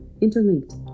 Interlinked